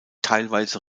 teilweise